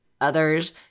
others